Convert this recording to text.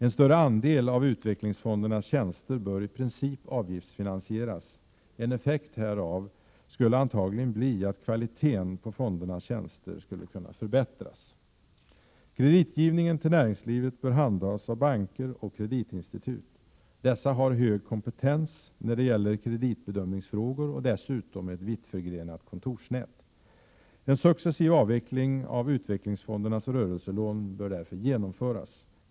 En större andel av utvecklingsfondernas tjänster bör i princip avgiftsfinansieras. En effekt härav skulle antagligen bli att kvaliteten på fondernas tjänster skulle kunna förbättras. Kreditgivningen till näringslivet bör handhas av banker och kreditinstitut. Dessa har stor kompetens när det gäller kreditbedömningsfrågor och dessutom ett vittförgrenat kontorsnät. En successiv avveckling av utvecklingsfondernas rörelselån bör genomföras.